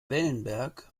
wellenberg